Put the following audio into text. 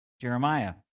Jeremiah